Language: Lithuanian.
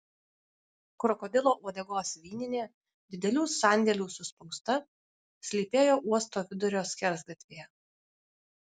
krokodilo uodegos vyninė didelių sandėlių suspausta slypėjo uosto vidurio skersgatvyje